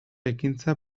ekintza